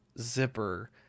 zipper